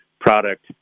product